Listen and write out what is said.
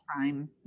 time